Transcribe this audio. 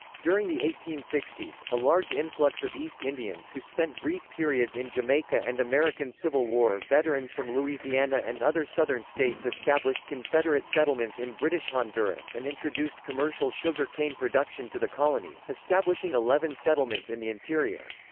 during the eighteen sixty s, a large influx of east indians who spent brief periods in jamaica and american civil war veterans from louisiana and other southern states established confederate settlements in british honduras and introduced commercial sugar cane production to the colony, establishing eleven settlements in the interior.